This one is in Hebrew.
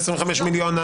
על 25,000,000,